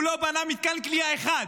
והוא לא בנה מתקן כליאה אחד.